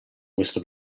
questo